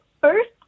first